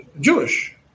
Jewish